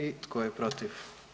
I tko je protiv?